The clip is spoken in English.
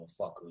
motherfuckers